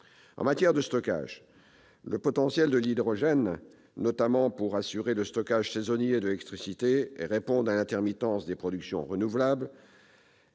En matière de stockage, le potentiel de l'hydrogène, notamment pour assurer le stockage saisonnier de l'électricité et répondre à l'intermittence des productions renouvelables,